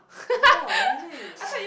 ya really